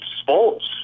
sports